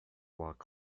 walk